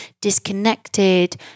disconnected